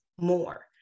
more